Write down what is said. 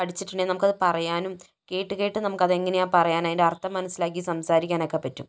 പഠിച്ചിട്ടുണ്ടെങ്കിൽ നമുക്ക് അത് പറയാനും കേട്ട് കേട്ട് നമുക്ക് അത് എങ്ങനെയാണ് പറയാൻ അതിൻ്റെ അർത്ഥം മനസ്സിലാക്കി സംസാരിക്കാനൊക്കെ പറ്റും